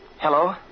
Hello